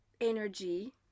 energy